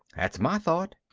that's my thought.